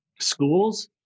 schools